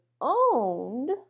owned